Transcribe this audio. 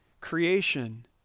creation